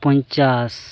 ᱯᱚᱧᱪᱟᱥ